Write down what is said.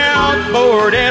outboard